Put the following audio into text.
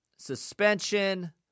Suspension